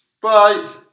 Bye